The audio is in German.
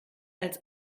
als